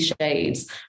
shades